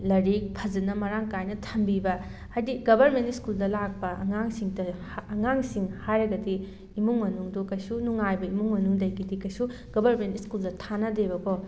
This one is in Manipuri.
ꯂꯥꯏꯔꯤꯛ ꯐꯖꯅ ꯃꯔꯥꯡ ꯀꯥꯏꯅ ꯊꯝꯕꯤꯕ ꯍꯥꯏꯗꯤ ꯒꯕꯔꯃꯦꯟ ꯁ꯭ꯀꯨꯜꯗ ꯂꯥꯛꯄ ꯑꯉꯥꯡꯁꯤꯡꯇ ꯑꯉꯥꯡꯁꯤꯡ ꯍꯥꯏꯔꯒꯗꯤ ꯏꯃꯨꯡ ꯃꯅꯨꯡꯗꯣ ꯀꯩꯁꯨ ꯅꯨꯡꯉꯥꯏꯕ ꯏꯃꯨꯡ ꯃꯅꯨꯡꯗꯒꯤ ꯀꯩꯁꯨ ꯒꯕꯔꯃꯦꯟ ꯁ꯭ꯀꯨꯜꯗ ꯊꯥꯅꯗꯦꯕꯀꯣ